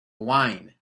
wine